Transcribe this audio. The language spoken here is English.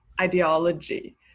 ideology